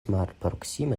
malproksime